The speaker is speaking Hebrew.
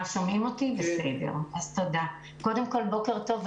קודם כל, בוקר טוב.